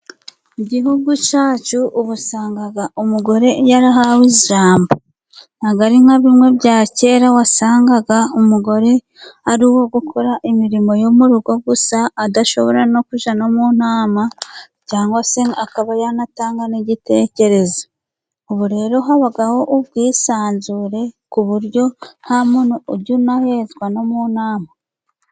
Igihugu cyacu ubu usanga umugore yarahawe ijambo. Ntabwo ari nka bimwe bya kera wasangaga umugore ari uwo gukora imirimo yo mu rugo gusa, adashobora no kujya no mu nama cyangwa se akaba yanatanga n'igitekerezo. Ubu rero habaho ubwisanzure ku buryo nta muntu ujya unahezwa no mu nama.